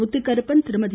Muthukaruppan Thirumathi